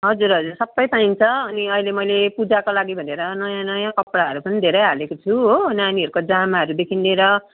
हजुर हजुर सबै पाइन्छ अनि अहिले मैले पूजाको लागि भनेर नयाँ नयाँ कपडाहरू पनि धेरै हालेको छु हो नानीहरूको जामाहरूदेखिन् लिएर